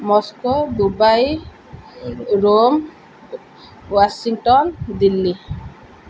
Moscow Dubai Rome Washington Delhi